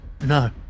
No